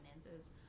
finances